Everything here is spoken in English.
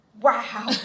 wow